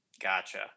Gotcha